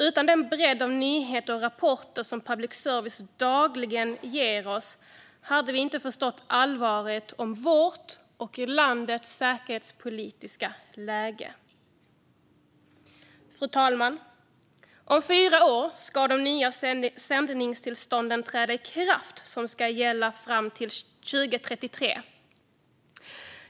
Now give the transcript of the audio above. Utan den bredd av nyheter och rapporter som public service dagligen ger oss hade vi inte förstått allvaret om vårt och landets säkerhetspolitiska läge. Fru talman! Om fyra år ska de nya sändningstillstånden som ska gälla fram till 2033 träda i kraft.